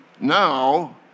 now